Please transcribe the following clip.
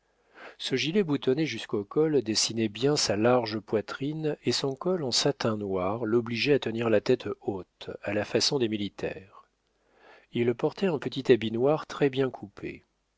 ce gilet boutonné jusqu'au col dessinait bien sa large poitrine et son col en satin noir l'obligeait à tenir la tête haute à la façon des militaires il portait un petit habit noir très-bien coupé